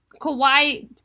Kawhi